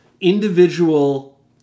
individual